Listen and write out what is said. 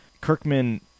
Kirkman